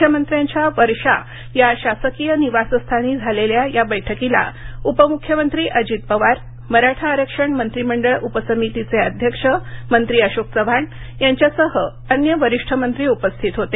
मुख्यमंत्र्याच्या वर्षा या शासकीय निवासस्थानी झालेल्या या बैठकीला उपम्ख्यमंत्री अजित पवार मराठा आरक्षण मंत्रिमंडळ उपसमितीचे अध्यक्ष मंत्री अशोक चव्हाण यांच्यासह अन्य वरिष्ठ मंत्री उपस्थित होते